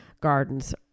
gardens